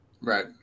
Right